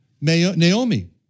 Naomi